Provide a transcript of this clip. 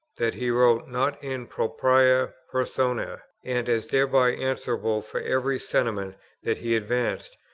that he wrote, not in propria persona, and as thereby answerable for every sentiment that he advanced,